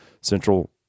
central